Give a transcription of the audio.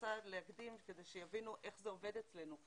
רוצה להקדים כדי שיבינו איך זה עובד אצלנו.